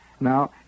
Now